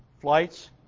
flights